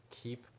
keep